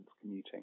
commuting